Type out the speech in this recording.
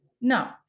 No